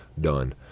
done